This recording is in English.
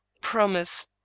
Promise